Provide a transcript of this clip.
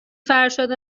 فرشاد